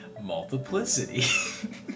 Multiplicity